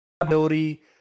ability